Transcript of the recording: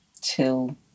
till